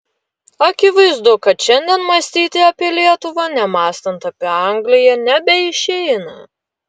akivaizdu kad šiandien mąstyti apie lietuvą nemąstant apie angliją nebeišeina